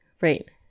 right